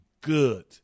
good